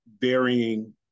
varying